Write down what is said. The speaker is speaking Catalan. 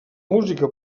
música